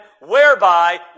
whereby